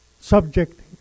subject